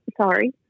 sorry